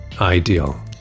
Ideal